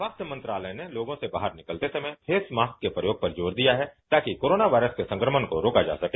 स्वास्थ्य मंत्रालय ने लोगों से बाहर निकलते समय फेस मास्क के प्रयोग पर जोर दिया है ताकि कोरोना वायरस के संक्रमण को रोका जा सके